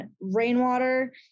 rainwater